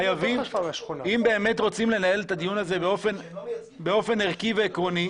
אם באמת רוצים לנהל את הדיון הזה באופן ערכי ועקרוני,